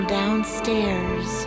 downstairs